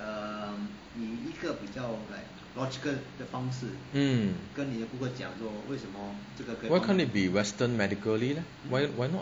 mm why can't it can't be western medically leh why not